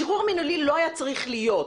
השחרור המינהלי לא היה צריך להיות,